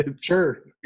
sure